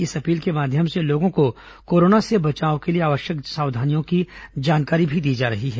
इस अपील के माध्यम से लोगों को कोरोना से बचाव के लिए आवश्यक सावधानियों की जानकारी भी दी जा रही है